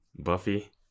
Buffy